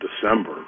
December